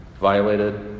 Violated